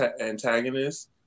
antagonist